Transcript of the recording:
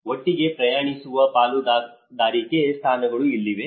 ಒಟ್ಟಿಗೆ ಪ್ರಯಾಣಿಸುವ ಪಾಲುದಾರಿಕೆ ಸ್ಥಾನಗಳು ಎಲ್ಲಿವೆ